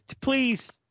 please